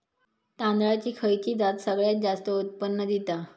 तांदळाची खयची जात सगळयात जास्त उत्पन्न दिता?